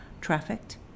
trafficked